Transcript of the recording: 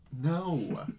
No